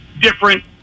different